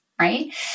right